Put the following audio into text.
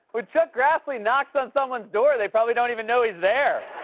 when chuck grassley knocks on someone's door, they probably don't even know he's there.